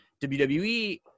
WWE